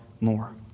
more